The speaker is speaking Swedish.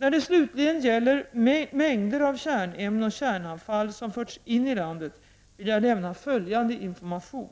När det slutligen gäller mängder av kärnämne och kärnavfall som förts in i landet vill jag lämna följande information.